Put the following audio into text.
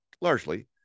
largely